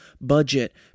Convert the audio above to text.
budget